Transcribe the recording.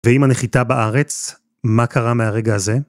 ועם הנחיתה בארץ, מה קרה מהרגע הזה?